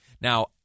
Now